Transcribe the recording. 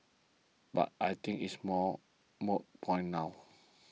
but I think it's a more moot point now